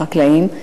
עם החקלאים.